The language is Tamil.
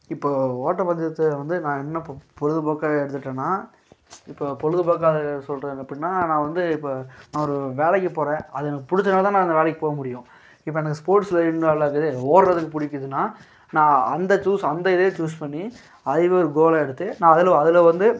இப்போது ஓட்ட பந்தயத்தை வந்து நான் என்ன போ பொழுதுபோக்காக எடுத்துட்டன்னா இப்போ பொழுதுபோக்காக சொல்லுகிறேன் எப்படின்னா நான் வந்து இப்போ நான் ஒரு வேலைக்கு போகிறேன் அது எனக்கு பிடிச்சனால தான் நான் அந்த வேலைக்கு போக முடியும் இப்போ எனக்கு ஸ்போர்ட்ஸில் இன்வால்வாக இருக்குது ஓடுறதுக்கு பிடிக்குதுன்னா நான் அந்த சூஸ் அந்த இதுவே சூஸ் பண்ணி ஐ வில் கோலாக எடுத்து நான் அதில் அதில் வந்து